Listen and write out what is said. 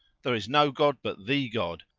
there is no god, but the god,